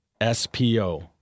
spo